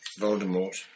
Voldemort